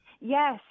yes